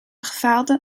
gefaalde